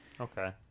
Okay